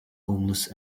homeless